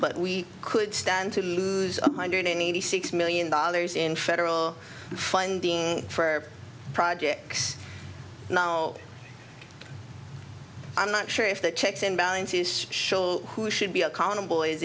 but we could stand to lose one hundred eighty six million dollars in federal funding for projects no i'm not sure if the checks and balances show who should be accountable is